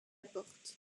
porte